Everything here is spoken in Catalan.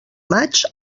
maig